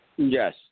Yes